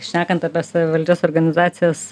šnekant apie savivaldžias organizacijas